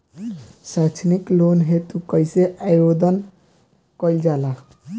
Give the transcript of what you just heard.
सैक्षणिक लोन हेतु कइसे आवेदन कइल जाला?